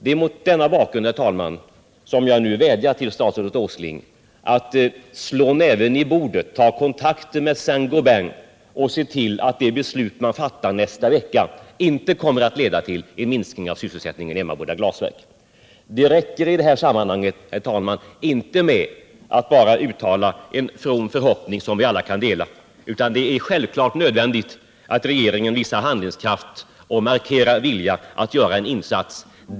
Det är mot denna bakgrund som jag nu vädjar till statsrådet Åsling att slå näven i bordet, ta kontakter med Saint Gobain och se till att det beslut man fattar nästa vecka inte kommer att leda till en minskning av sysselsättningen vid Emmaboda Glasverk. Det räcker i detta sammanhang inte med att uttala en from förhoppning som vi alla kan dela. Det är självfallet nödvändigt att regeringen visar handlingskraft och markerar vilja att göra en insats.